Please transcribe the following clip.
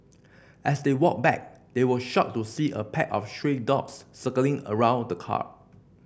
as they walked back they were shocked to see a pack of stray dogs circling around the car